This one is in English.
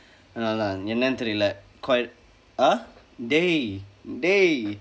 அதனால தான் என்னன்னு தெரியில்லை:athanaala thaan ennannu theriyillai koi~ ah dey dey